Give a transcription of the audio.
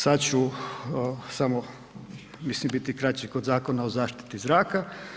Sad ću samo mislim biti kraći kod Zakona o zaštiti zraka.